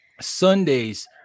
Sunday's